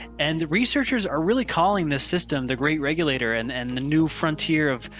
and the researchers are really calling this system the great regulator and and the new frontier of,